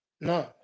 No